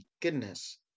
goodness